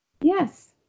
Yes